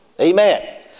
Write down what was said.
Amen